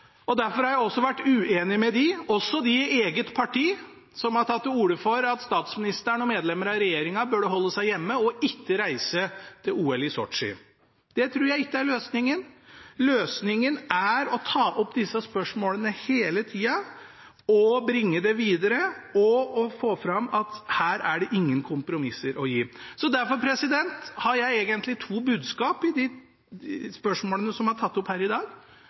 Derfor har jeg også vært uenig med dem – også dem i eget parti – som har tatt til orde for at statsministeren og medlemmer av regjeringen burde holde seg hjemme og ikke reise til OL i Sotsji. Det tror jeg ikke er løsningen. Løsningen er å ta opp disse spørsmålene hele tida, bringe dem videre og få fram at her er det ingen kompromisser å inngå. Derfor har jeg egentlig to budskap når det gjelder de spørsmålene som er tatt opp her i dag: